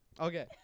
Okay